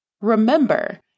Remember